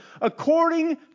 according